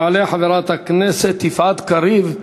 תעלה חברת הכנסת יפעת קריב.